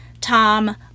tom